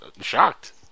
shocked